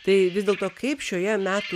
tai vis dėlto kaip šioje metų